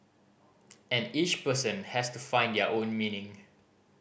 and each person has to find their own meaning